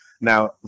Now